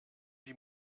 die